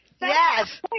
Yes